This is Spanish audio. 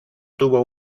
tuvo